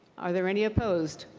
are there any opposed?